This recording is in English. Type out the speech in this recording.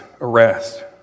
arrest